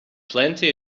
plenty